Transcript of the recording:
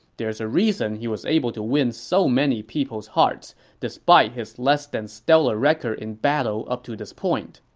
there's a reason he was able to win so many people's hearts despite his less-than-stellar record in battle up to this point.